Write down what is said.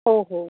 हो हो